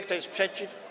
Kto jest przeciw?